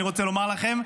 אני רוצה לומר לכם,